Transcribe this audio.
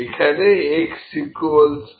এখানে x60